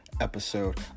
episode